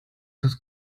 das